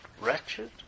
wretched